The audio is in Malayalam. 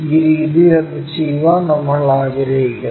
ഈ രീതിയിൽ അത് ചെയ്യാൻ നമ്മൾ ആഗ്രഹിക്കുന്നു